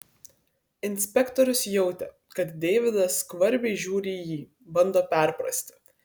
inspektorius jautė kad deividas skvarbiai žiūri į jį bando perprasti